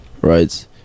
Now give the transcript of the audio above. right